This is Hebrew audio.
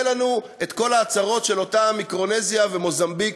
לנו את כל ההצהרות של אותן מיקרונזיה ומוזמביק,